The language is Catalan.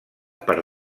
per